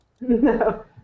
No